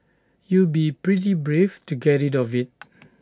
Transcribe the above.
you'd be pretty brave to get rid of IT